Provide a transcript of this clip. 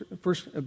first